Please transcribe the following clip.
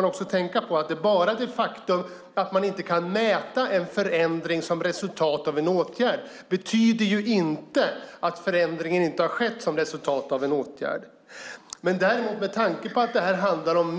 dock tänka på att det faktum att man inte kan mäta en förändring som resultat av en åtgärd inte betyder att förändringen inte har skett som ett resultat av åtgärden.